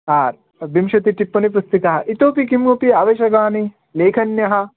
आ विंशति टिप्पणीपुस्तिकाः इतोऽपि किमपि आवश्यकानि लेखन्यः